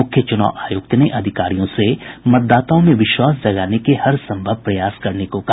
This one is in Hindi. मुख्य चुनाव आयुक्त ने अधिकारियों से मतदाताओं में विश्वास जगाने के हर सम्भव प्रयास करने को कहा